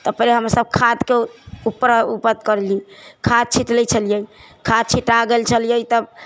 तऽ पहिले हमसब खादके उपर कयली खाद छीट लै छलियै खाद छिटा गेल छलियै तब